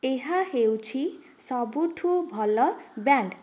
ଏହା ହେଉଛି ସବୁଠୁ ଭଲ ବ୍ୟାଣ୍ଡ୍